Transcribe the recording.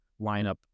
lineup